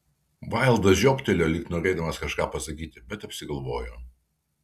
vaildas žiobtelėjo lyg norėdamas kažką pasakyti bet apsigalvojo